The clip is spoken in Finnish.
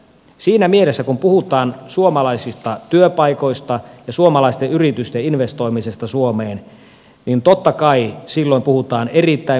siinä mielessä kun puhutaan suomalaisista työpaikoista ja suomalaisten yritysten investoimisesta suomeen niin totta kai silloin puhutaan erittäin merkittävästä asiasta